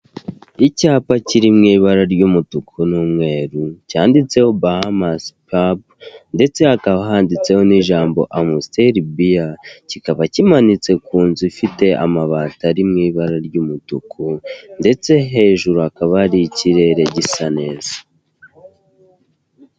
Icyapa kiri mu ibara ry'umutuku n'umweru cyanditseho bahamasi pabu, ndetse hakaba handitseho n'ijambo Amusiteri biya, kikaba kimanitse ku nzu ifite amabati ari mu ibara ry'umutuku, ndetse hejuru hakaba hari ikirere gisa neza.